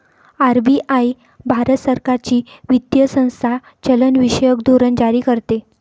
RBI Bharat सरकारची वित्तीय संस्था चलनविषयक धोरण जारी करते